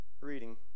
reading